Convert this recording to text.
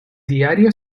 diario